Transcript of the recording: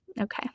Okay